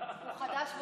הוא חדש באופוזיציה.